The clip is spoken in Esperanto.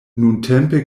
nuntempe